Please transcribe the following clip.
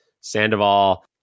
Sandoval